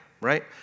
right